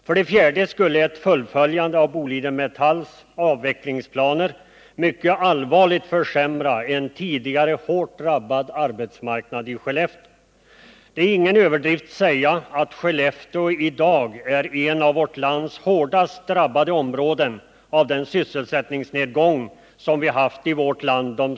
För det fjärde skulle ett fullföljande av Boliden Metalls avvecklingsplaner mycket allvarligt försämra en tidigare hårt drabbad arbetsmarknad i Skellefteå. Det är ingen överdrift att säga att Skelleftetrakten i dag är ett av de områden i vårt land som hårdast drabbats av den sysselsättningsnedgång vi haft de senaste två åren.